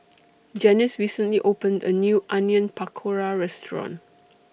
Janyce recently opened A New Onion Pakora Restaurant